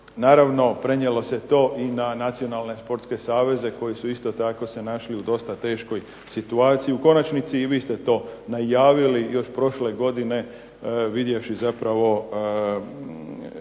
Naravno prenijelo se to i na nacionalne sportske saveze koji su isto tako se našli u dosta teškoj situaciji. U konačnici i vi ste to najavili još prošle godine vidjevši zapravo da